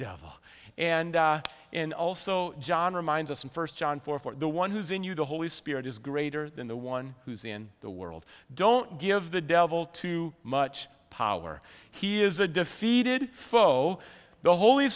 devil and and also john reminds us in first john four for the one who's in you the holy spirit is greater than the one who's in the world don't give the devil too much power he is a defeated foe the holy